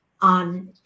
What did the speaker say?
on